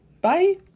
Bye